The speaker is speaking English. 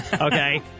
Okay